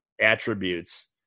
attributes